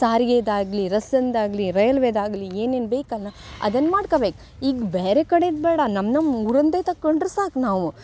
ಸಾರಿಗೆದು ಆಗಲಿ ರಸ್ತೆದ್ ಆಗಲಿ ರೈಲ್ವೆದು ಆಗಲಿ ಏನೇನು ಬೇಕಲ್ಲ ಅದನ್ನು ಮಾಡ್ಕಬೇಕು ಈಗ ಬೇರೆ ಕಡೆದು ಬೇಡ ನಮ್ಮ ನಮ್ಮ ಊರಿಂದೆ ತಕೊಂಡ್ರೆ ಸಾಕು ನಾವು